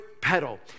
pedal